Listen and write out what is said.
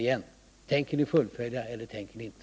Jag frågar igen: Tänker ni fullfölja utnämningen eller inte?